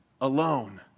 alone